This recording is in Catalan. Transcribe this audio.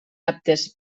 aptes